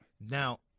Now